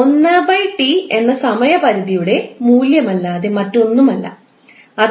1𝑇 എന്ന സമയപരിധിയുടെ മൂല്യമല്ലാതെ മറ്റൊന്നുമല്ല അതായത്